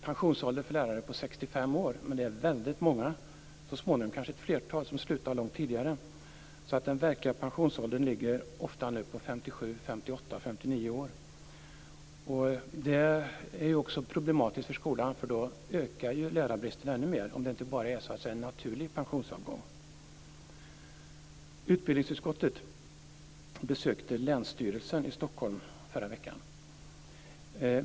Pensionsåldern för lärare är ju 65 år men det är väldigt många, så småningom kanske ett flertal, som slutar långt tidigare så den verkliga pensionsåldern ligger ofta på 57, 58 eller 59 år. Det är också problematiskt för skolan. Lärarbristen ökar ju ännu mer om det inte bara så att säga är naturliga pensionsavgångar. Stockholm förra veckan.